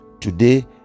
today